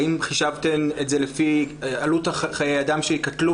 האם חישבתם את זה לפי עלות חיי אדם שייקטלו